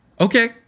okay